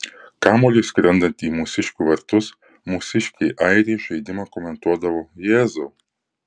kamuoliui skrendant į mūsiškių vartus mūsiškiai airiai žaidimą komentuodavo jėzau